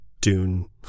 Dune